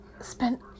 spent